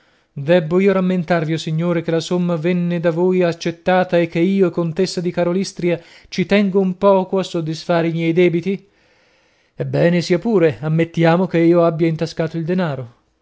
debbo io rammentarvi o signore che la somma venne da voi accettata e che io contessa di karolystria ci tengo un poco a soddisfare i miei debiti ebbene sia pure ammettiamo che io abbia intascato il denaro